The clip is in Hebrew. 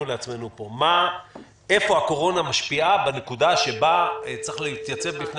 לעצמנו פה: איפה הקורונה משפיעה בנקודה שבה צריך להתייצב בפני